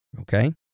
okay